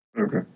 Okay